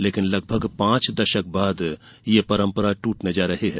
लेकिन लगभग पांच दशक बाद यह परंपरा ट्रटने जा रही है